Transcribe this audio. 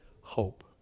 hope